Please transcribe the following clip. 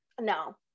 no